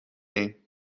ایم